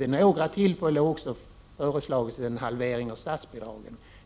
Vid några tillfällen har det ju dessutom föreslagits en halvering av statsbidragen.